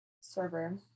server